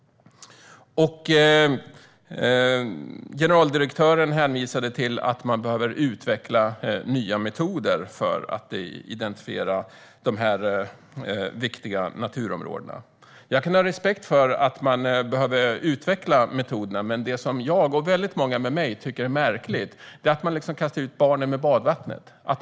Generaldirektören hänvisade till att man behöver utveckla nya metoder för att identifiera de här viktiga naturområdena. Jag kan ha respekt för att man behöver utveckla metoderna, men det som jag och många med mig tycker är märkligt är att man kastar ut barnet med badvattnet.